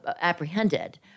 apprehended